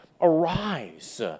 arise